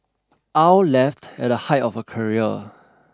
Aw left at the high of her career